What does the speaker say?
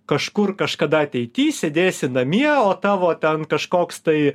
kažkur kažkada ateity sėdėsi namie o tavo ten kažkoks tai